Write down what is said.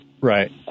Right